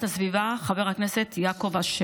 הסביבה חבר הכנסת יעקב אשר.